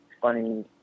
funny